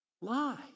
Lie